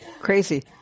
Crazy